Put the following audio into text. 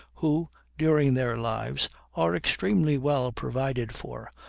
who, during their lives, are extremely well provided for,